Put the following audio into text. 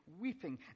weeping